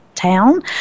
Town